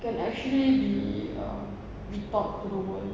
you can actually be uh be taught to the world